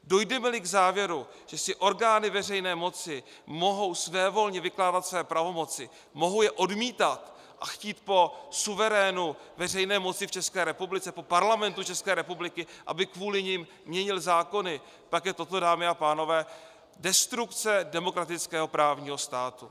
Dojdemeli k závěru, že si orgány veřejné moci mohou svévolně vykládat své pravomoci, mohou je odmítat a chtít po suverénu veřejné moci v České republice, po Parlamentu České republiky, aby kvůli nim měnil zákony, pak je toto, dámy a pánové, destrukce demokratického právního státu.